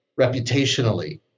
reputationally